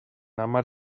hamar